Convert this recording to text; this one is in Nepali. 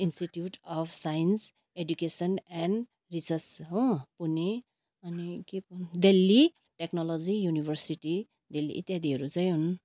institute of science education and research हो पुने अनि के पो हो दिल्ली टेक्नोलोजी यूनिभर्सिटी दिल्ली इत्यादिहरू चाहिँ हुन्